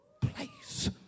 place